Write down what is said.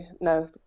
no